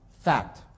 Fact